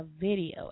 video